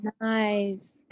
nice